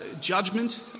judgment